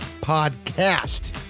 podcast